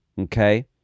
okay